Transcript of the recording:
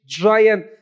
giant